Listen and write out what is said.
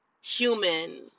human